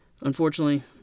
unfortunately